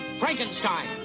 Frankenstein